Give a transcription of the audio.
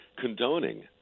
condoning